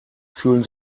fühlen